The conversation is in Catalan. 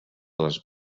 les